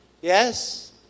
Yes